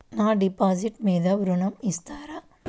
నా డిపాజిట్ మీద ఋణం ఇస్తారా?